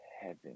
Heaven